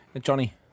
Johnny